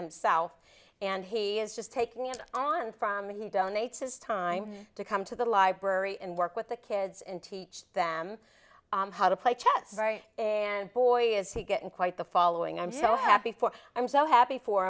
and south and he is just taking it on from when he donates his time to come to the library and work with the kids and teach them how to play chess very and boy is he getting quite the following i'm so happy for i'm so happy for